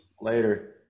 Later